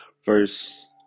First